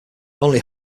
only